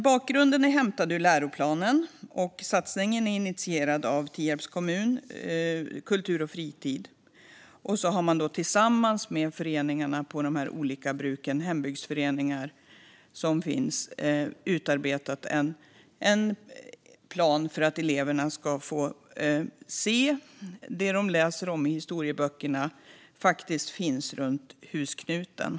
Bakgrunden är hämtad ur läroplanen, och satsningen är initierad av kultur och fritid i Tierps kommun. Man har tillsammans med föreningarna på de olika bruken och hembygdsföreningar utarbetat en plan för att eleverna ska få se att det som de läser om i historieböckerna faktiskt finns runt husknuten.